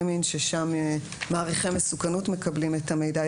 מין מעריכי מסוכנות מקבלים את המידע,